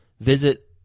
Visit